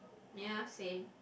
ya same